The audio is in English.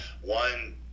one